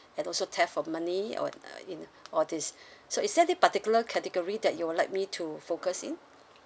and also theft of money or uh in all these so is there any particular category that you would like me to focus in